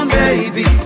baby